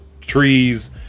trees